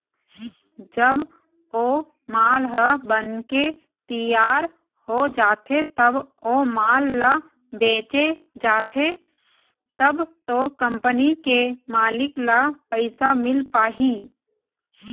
जब ओ माल ह बनके तियार हो जाथे तब ओ माल ल बेंचे जाथे तब तो कंपनी के मालिक ल पइसा मिल पाही